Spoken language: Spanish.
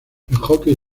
hockey